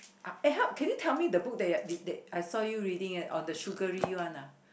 uh eh help can you tell me the book that you're that I saw you reading it on the sugary one ah